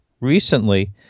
recently